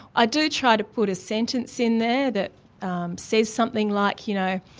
i do try to put a sentence in there that says something like you know,